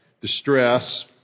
distress